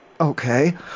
Okay